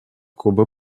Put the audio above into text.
кубы